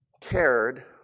cared